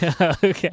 okay